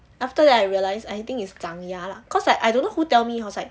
after that I realise I think is 长牙 lah cause I I don't know who tell me was like